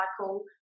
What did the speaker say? cycle